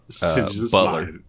butler